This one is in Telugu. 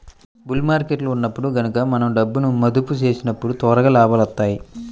బుల్ మార్కెట్టులో ఉన్నప్పుడు గనక మనం డబ్బును మదుపు చేసినప్పుడు త్వరగా లాభాలొత్తాయి